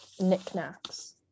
knickknacks